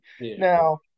Now